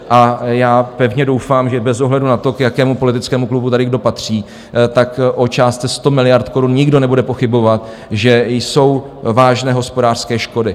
A já pevně doufám, že bez ohledu na to, k jakému politickému klubu tady kdo patří, tak o částce 100 miliard korun nikdo nebude pochybovat, že jsou vážné hospodářské škody.